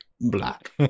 black